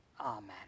Amen